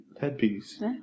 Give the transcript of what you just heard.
headpiece